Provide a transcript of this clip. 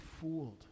fooled